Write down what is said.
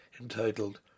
entitled